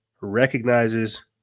recognizes